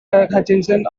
hutchinson